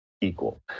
equal